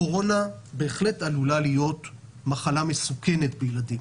הקורונה בהחלט עלולה להיות מחלה מסוכנת בילדים.